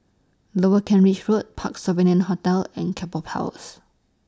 Lower Kent Ridge Road Parc Sovereign Hotel and Keppel Powers